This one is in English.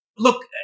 Look